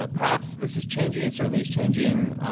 ah perhaps this is changing. it certainly is changing.